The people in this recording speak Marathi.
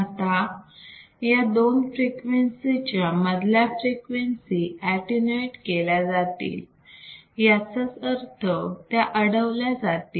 आता या दोन फ्रिक्वेन्सी च्या मधल्या फ्रिक्वेन्सी अटीन्यूएट केल्या जातील याचाच अर्थ त्या अडवल्या जातील